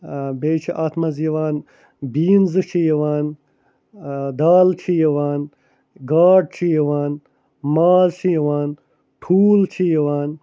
بیٚیہِ چھُ اتھ مَنٛز یِوان بیٖنزٕ چھُ یِوان دال چھ یِوان گاڈ چھُ یِوان ماز چھُ یِوان ٹھوٗل چھُ یِوان